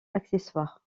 accessoire